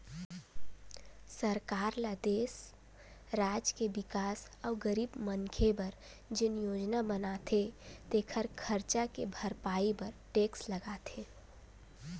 सरकार ल देस, राज के बिकास अउ गरीब मनखे बर जेन योजना बनाथे तेखर खरचा के भरपाई बर टेक्स लगाथे